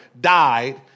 died